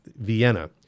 vienna